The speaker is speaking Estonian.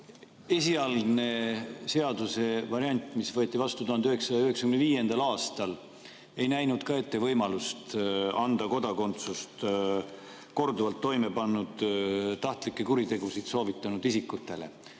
Esialgne seaduse variant, mis võeti vastu 1995. aastal, ei näinud ka ette võimalust anda kodakondsust korduvalt tahtlikke kuritegusid toime pannud isikutele.